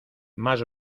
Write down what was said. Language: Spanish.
más